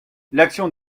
l’action